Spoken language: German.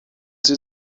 sie